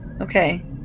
okay